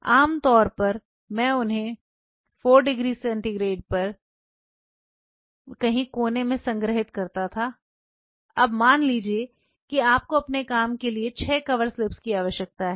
आम तौर पर मैं उन्हें 4 डिग्री सेंटीग्रेड में कहीं कोने में संग्रहीत करता था अब मान लीजिए कि आपको अपने काम के लिए 6 कवर स्लिप्स की आवश्यकता है